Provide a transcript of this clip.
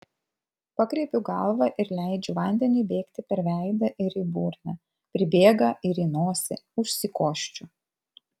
pakreipiu galvą ir leidžiu vandeniui bėgti per veidą ir į burną pribėga ir į nosį užsikosčiu